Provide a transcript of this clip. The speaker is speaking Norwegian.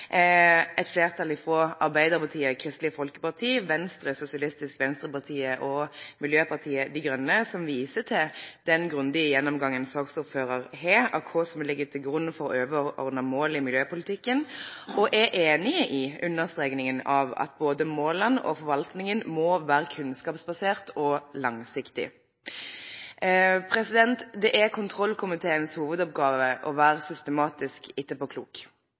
et flertall, bestående av representanter fra Arbeiderpartiet, Kristelig Folkeparti, Venstre, Sosialistisk Venstreparti og Miljøpartiet De Grønne, som viser til den grundige gjennomgangen som saksordføreren har av det som ligger til grunn for de overordnede mål i miljøpolitikken, og er enige i understrekingen av at både målene og forvaltningen må være kunnskapsbasert og langsiktig. Det er kontrollkomiteens hovedoppgave å være systematisk